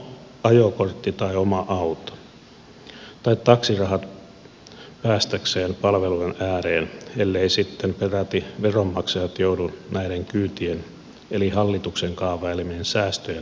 ajokortti tai oma auto tai taksiraha jotta hän pääsisi palvelujen ääreen elleivät sitten peräti veronmaksajat joudu näiden kyytien eli hallituksen kaavailemien säästöjen maksumiehiksi